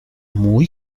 muy